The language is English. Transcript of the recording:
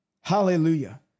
Hallelujah